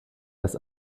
das